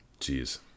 Jeez